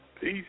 Peace